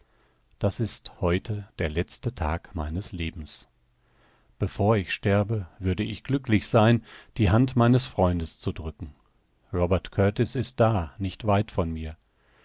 das ist heute der letzte tag meines lebens bevor ich sterbe würde ich glücklich sein die hand meines freundes zu drücken robert kurtis ist da nicht weit von mir